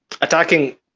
attacking